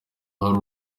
ahari